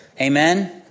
Amen